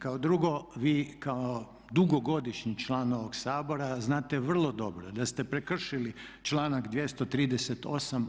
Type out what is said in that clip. Kao drugo, vi kao dugogodišnji član ovog Sabora znate vrlo dobro da ste prekršili članak 238.